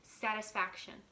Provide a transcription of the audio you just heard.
satisfaction